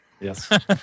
yes